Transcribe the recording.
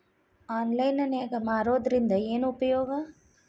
Online ನಾಗ್ ಮಾರೋದ್ರಿಂದ ಏನು ಉಪಯೋಗ?